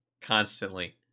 constantly